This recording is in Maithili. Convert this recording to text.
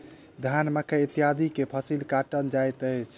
धान, मकई इत्यादि के फसिल काटल जाइत अछि